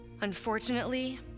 Unfortunately